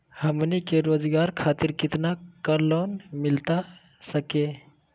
हमनी के रोगजागर खातिर कितना का लोन मिलता सके?